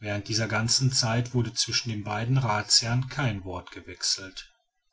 während dieser ganzen zeit wurde zwischen den beiden rathsherren kein wort gewechselt